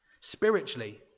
spiritually